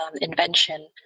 invention